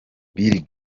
bill